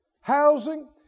housing